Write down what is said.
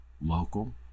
local